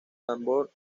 tambor